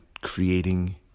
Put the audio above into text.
creating